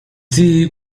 zii